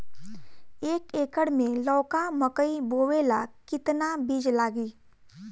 एक एकर मे लौका मकई बोवे ला कितना बिज लागी?